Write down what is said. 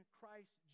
Christ